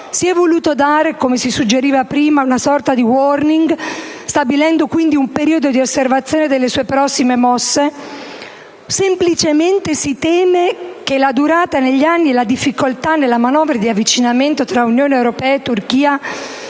si è voluto dare, come si suggeriva poc'anzi, una sorta di *warning*, stabilendo quindi un periodo di osservazione delle sue prossime mosse? Oppure ancora, semplicemente, si teme che la durata negli anni e la difficoltà nella manovra di avvicinamento tra Unione europea e Turchia